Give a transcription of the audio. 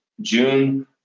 June